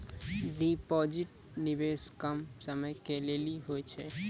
Deposit निवेश कम समय के लेली होय छै?